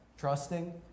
Trusting